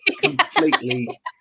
Completely